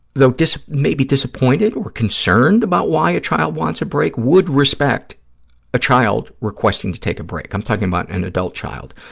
though maybe disappointed or concerned about why a child wants a break, would respect a child requesting to take a break. i'm talking about an adult child,